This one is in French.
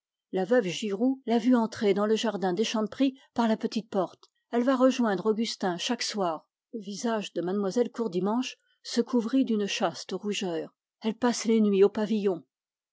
giloux l'a vue entrer dans le jardin des chanteprie par la petite porte elle va rejoindre augustin chaque soir le visage de mlle courdimanche se couvrit d'une chaste rougeur elle passe les nuits au pavillon